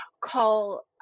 call